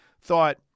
thought